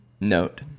note